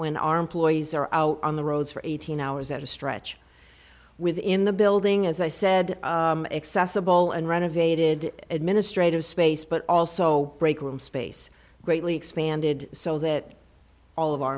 when our employees are out on the roads for eighteen hours at a stretch within the building as i said accessible and renovated administrative space but also break room space greatly expanded so that all of our